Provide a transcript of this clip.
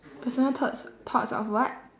personal thoughts thoughts of what